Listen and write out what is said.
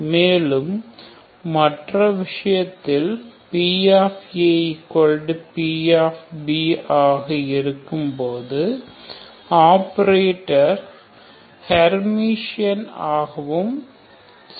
மேலும் மற்ற விஷயத்தில் pp ஆக இருக்கும்போது ஆப்பரேட்டர் ஹெர்மிஷின் ஆக்கவும் செய்யலாம்